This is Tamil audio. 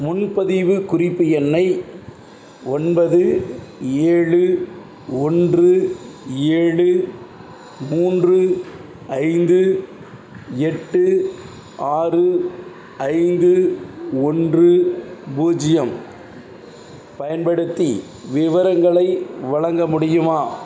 முன்பதிவு குறிப்பு எண்ணை ஒன்பது ஏழு ஒன்று ஏழு மூன்று ஐந்து எட்டு ஆறு ஐந்து ஒன்று பூஜ்ஜியம் பயன்படுத்தி விவரங்களை வழங்க முடியுமா